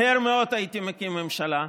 מהר מאוד הייתי מקים ממשלה.